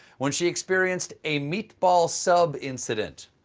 when she experienced a meatball sub incident.